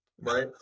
Right